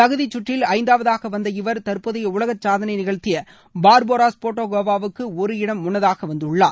தகுதிச்சுற்றில் ஐந்தாவதாக வந்த இவர் தற்போதைய உலக சாதனை நிகழ்த்திய பார்போரா ஸ்போடாகோவா வுக்கு ஒரு இடம் முன்னதாக வந்துள்ளார்